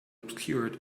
obscured